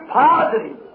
positive